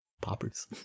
Poppers